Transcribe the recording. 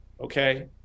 okay